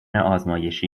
ازمایشی